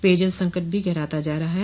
पेयजल संकट भी गहराता जा रहा है